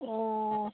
অঁ